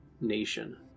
nation